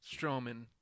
Strowman